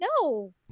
no